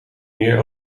meer